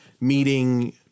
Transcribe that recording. meeting